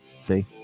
See